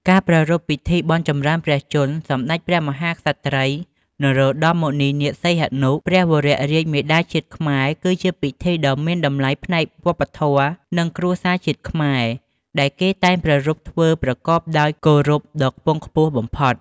ការប្រារព្ធ ពិធីបុណ្យចម្រើនព្រះជន្ម សម្តេចព្រះមហាក្សត្រី នរោត្តម មុនិនាថ សីហនុ ព្រះវររាជមាតាជាតិខ្មែរគឺជាពិធីដ៏មានតម្លៃផ្នែកវប្បធម៌ និងគ្រួសារជាតិខ្មែរដែលគេតែងប្រារព្ធធ្វើប្រកបដោយគោរពដ៏ខ្ពង់ខ្ពស់បំផុត